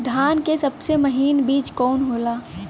धान के सबसे महीन बिज कवन होला?